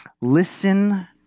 listen